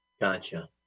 Gotcha